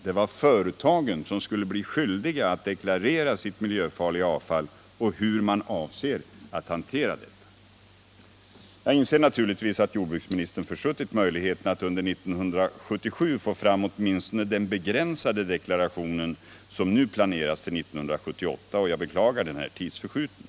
Det var företagen som skulle bli skyldiga att deklarera sitt miljöfarliga avfall och hur man avser att hantera detta. Jag inser naturligtvis att jordbruksministern försuttit möjligheten att under år 1977 få fram åtminstone den begränsade deklaration som nu planeras till 1978, och jag beklagar att vi får denna tidsförskjutning.